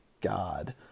God